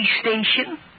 station